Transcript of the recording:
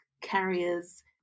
carriers